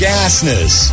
Gasness